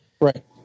Right